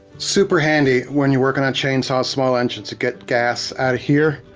super handy when you're working on chainsaws, small engines, to get gas outta here.